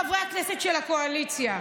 חברי הכנסת של הקואליציה,